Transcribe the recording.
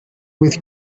with